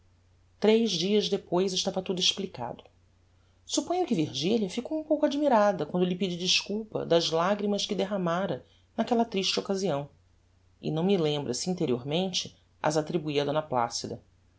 tres dias depois estava tudo explicado supponho que virgilia ficou um pouco admirada quando lhe pedi desculpa das lagrimas que derramára naquella triste occasião e não me lembra se interiormente as attribui a d placida